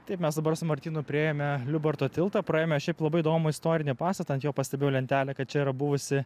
taip mes dabar su martynu priėjome liubarto tiltą praėjome šiaip labai įdomų istorinį pastatą ant jo pastebėjau lentelę kad čia yra buvusi